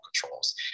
controls